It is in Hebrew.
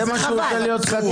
זה מה שהוא רוצה להיות חתום?